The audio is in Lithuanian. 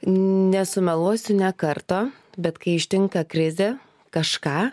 nesumeluosiu ne kartą bet kai ištinka krizė kažką